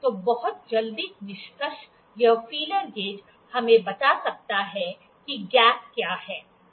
तो बहुत जल्दी निष्कर्ष यह फीलर गेज हमें बता सकता है कि अंतराल क्या है